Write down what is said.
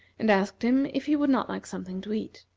and asked him if he would not like something to eat.